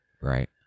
Right